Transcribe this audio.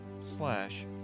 slash